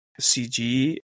CG